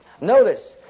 Notice